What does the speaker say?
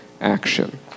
action